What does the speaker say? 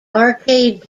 arcade